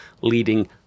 leading